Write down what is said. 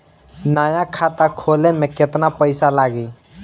नया खाता खोले मे केतना पईसा लागि?